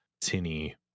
tinny